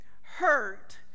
hurt